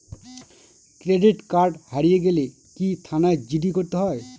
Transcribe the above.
Credit card হারিয়ে গেলে কি থানায় জি.ডি করতে হয়?